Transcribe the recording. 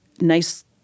nice